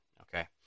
okay